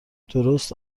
درست